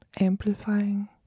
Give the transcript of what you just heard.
amplifying